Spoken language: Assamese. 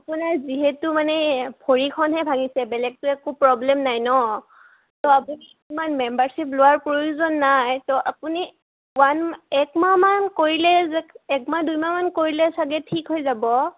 আপোনাৰ যিহেতু মানে ভৰিখনহে ভঙিছে বেলেগটো একো প্ৰব্লেম নাই ন তো আপুনি কিমান মেম্বাৰশ্বিপ লোৱাৰ প্ৰয়োজন নাই তো আপুনি ওৱান একমাহমান কৰিলে একমাহ দুইমাহমান কৰিলে চাগে ঠিক হৈ যাব